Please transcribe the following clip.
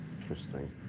Interesting